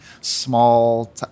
small